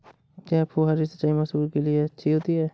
क्या फुहारी सिंचाई मसूर के लिए अच्छी होती है?